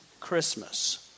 Christmas